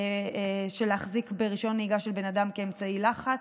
של החזקה ברישיון נהיגה של בן אדם כאמצעי לחץ,